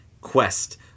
quest